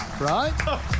right